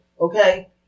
okay